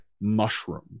mushroom